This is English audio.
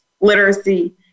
literacy